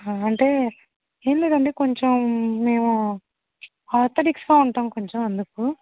హా అంటే ఏం లేదండి కొంచెం మేము ఆర్థోడిక్స్ గా ఉంటాం కొంచెం అందుకు